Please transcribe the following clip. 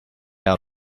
out